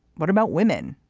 what about women,